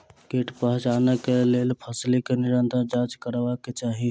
कीट पहचानक लेल फसीलक निरंतर जांच करबाक चाही